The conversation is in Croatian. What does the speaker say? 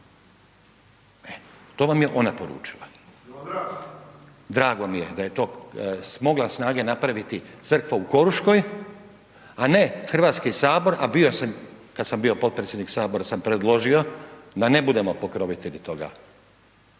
to vam je ona poručila. Drago mi je da je to smogla snage napraviti crkva u Koruškoj, a ne Hrvatski sabor a bio sam kad sam bio podpredsjednik sabora sam predložio da ne budemo pokrovitelji toga,